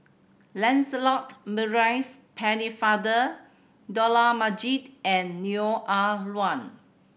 Lancelot Maurice Pennefather Dollah Majid and Neo Ah Luan